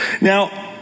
Now